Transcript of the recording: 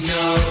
no